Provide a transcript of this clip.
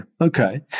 Okay